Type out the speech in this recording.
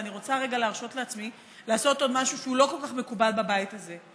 ואני רוצה רגע להרשות לעצמי לעשות עוד משהו שלא כל כך מקובל בבית הזה.